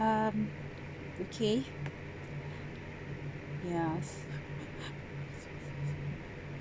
um okay yes